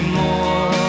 more